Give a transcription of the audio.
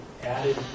added